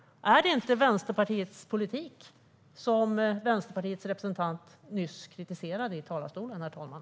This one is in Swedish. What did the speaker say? Är det inte Vänsterpartiets politik som Vänsterpartiets representant nyss kritiserade i talarstolen, herr talman?